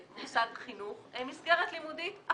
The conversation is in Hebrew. מוסד חינוך, הם מסגרת לימודית אחרת.